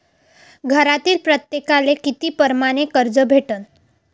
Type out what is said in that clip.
घरातील प्रत्येकाले किती परमाने कर्ज भेटन?